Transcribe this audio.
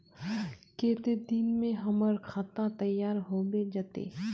केते दिन में हमर खाता तैयार होबे जते?